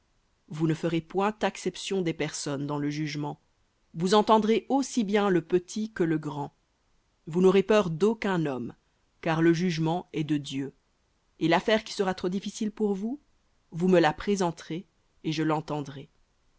vous ne ferez point acception des personnes dans le jugement vous entendrez aussi bien le petit que le grand vous n'aurez peur d'aucun homme car le jugement est de dieu et l'affaire qui sera trop difficile pour vous vous me la présenterez et je l'entendrai